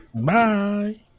Bye